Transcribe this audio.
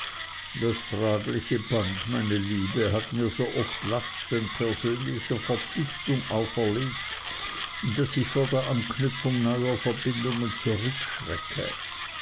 das fragliche band meine liebe hat mir so oft lasten persönlicher verpflichtung auferlegt daß ich vor der anknüpfung neuer verbindungen zurückschrecke